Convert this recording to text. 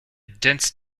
dense